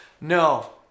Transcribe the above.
no